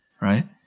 right